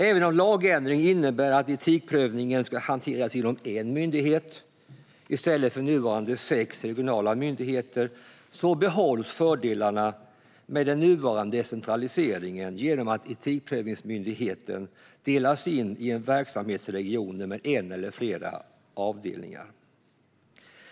Även om lagändringen innebär att etikprövningen ska hanteras inom en enda myndighet, i stället för av de nuvarande sex regionala myndigheterna, behålls fördelarna med den nuvarande decentraliseringen genom att Etikprövningsmyndigheten delas in i verksamhetsregioner med en eller flera avdelningar.